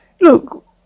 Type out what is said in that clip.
Look